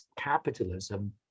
capitalism